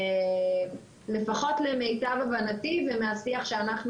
לפחות למיטב הבנתי ומהשיח שאנחנו